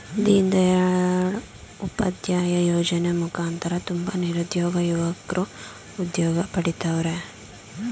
ದೀನ್ ದಯಾಳ್ ಉಪಾಧ್ಯಾಯ ಯೋಜನೆ ಮುಖಾಂತರ ತುಂಬ ನಿರುದ್ಯೋಗ ಯುವಕ್ರು ಉದ್ಯೋಗ ಪಡಿತವರ್ರೆ